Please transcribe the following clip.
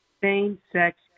same-sex